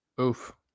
Oof